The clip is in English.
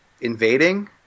invading